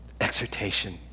Exhortation